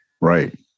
Right